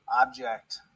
object